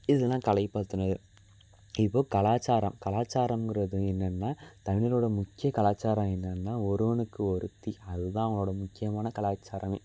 இது தான் கலை பற்றினது இப்போது கலாச்சாரம் கலாச்சாரம்ங்கிறது என்னென்னா தமிழரோட முக்கியக் கலாச்சாரம் என்னென்னா ஒருவனுக்கு ஒருத்தி அது தான் அவர்களோட முக்கியமான கலாச்சாரமே